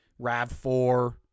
RAV4